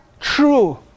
true